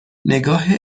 نگاه